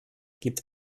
gibt